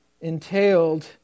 entailed